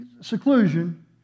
seclusion